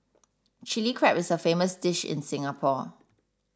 Chilli Crab is a famous dish in Singapore